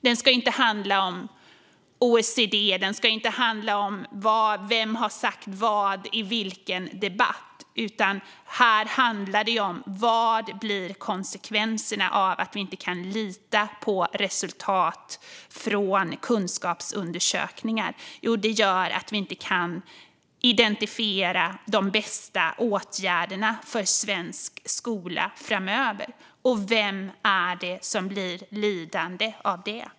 Den ska inte handla om OECD, och den ska inte handla om vem som har sagt vad i vilken debatt. Det handlar om vad konsekvenserna blir av att vi inte kan lita på resultat från kunskapsundersökningar. Jo, det gör att vi inte kan identifiera de bästa åtgärderna för svensk skola framöver. Och vem är det som blir lidande?